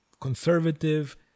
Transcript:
conservative